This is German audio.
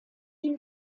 ihm